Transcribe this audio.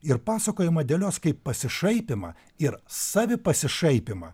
ir pasakojimą dėlios kaip pasišaipymą ir savipasišaipymą